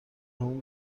اون